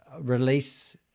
release